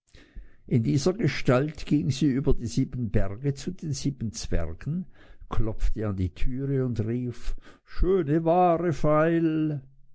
in dieser gestalt ging sie über die sieben berge zu den sieben zwergen klopfte an die türe und rief schöne ware feil